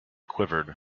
quivered